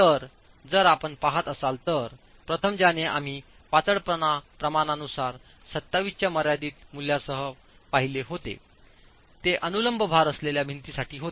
तर जर आपण पहात असाल तर प्रथम ज्याने आम्ही पातळपणा प्रमाणानुसार 27 च्या मर्यादित मूल्यासह पाहिले होते ते अनुलंब भार असलेल्या भिंतीसाठी होते